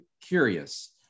curious